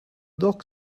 dog